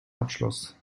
abschloss